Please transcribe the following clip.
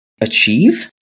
achieve